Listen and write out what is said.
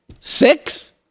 Six